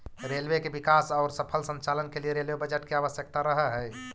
railway के विकास औउर सफल संचालन के लिए रेलवे बजट के आवश्यकता रहऽ हई